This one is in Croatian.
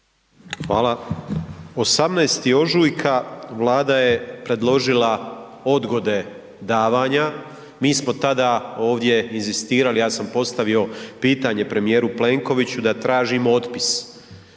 Hvala. 18. ožujka Vlada je predložila odgode davanja, mi smo tada ovdje inzistirali, ja sam postavio pitanje premijeru Plenkoviću da tražimo otpis.